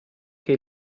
che